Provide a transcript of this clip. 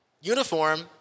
uniform